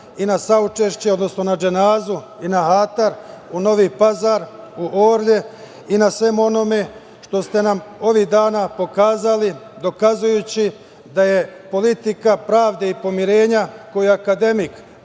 i na saučešće, odnosno na dženazu i na hatar u Novi Pazar, u Orlje i na svemu onome što ste nam ovih dana pokazali dokazujući da je politika pravde i pomirenja, koju je akademik